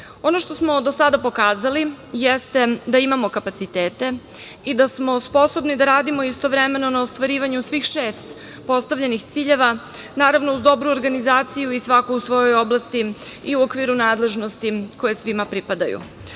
što smo do sada pokazali jeste da imamo kapacitete i da smo sposobni da radimo istovremeno na ostvarivanju svih šest postavljenih ciljeva, naravno, uz dobru organizaciju i svako u svojoj oblasti i u okviru nadležnosti koje svima pripadaju. Osvrnuću